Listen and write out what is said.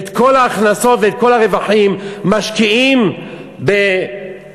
את כל ההכנסות ואת כל הרווחים משקיעים בהוצאה,